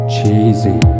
Cheesy